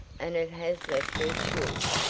and it has left her chilled.